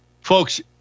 folks